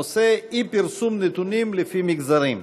הנושא: אי-פרסום נתונים לפי מגזרים.